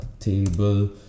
Table